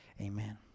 Amen